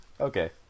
Okay